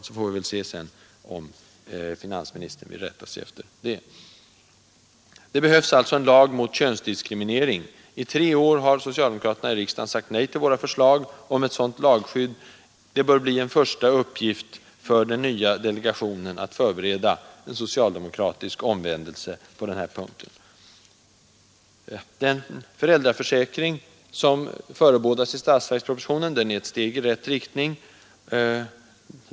Sedan får vi väl se om finansministern vill rätta sig efter det. Det behövs alltså en lag mot könsdiskriminering. I tre år har socialdemokraterna i riksdagen sagt nej till våra förslag om ett sådant lagskydd. Det bör bli en första uppgift för den nya delegationen att förbereda en socialdemokratisk omvändelse på denna punkt. Den föräldraförsäkring som förebådades i statsverkspropositionen är ett steg i rätt riktning.